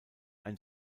ein